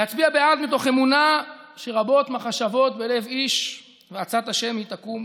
להצביע בעד מתוך אמונה שרבות מחשבות בלב איש ועצת ה' היא תקום,